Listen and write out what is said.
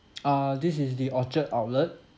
uh this is the orchard outlet